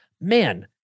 man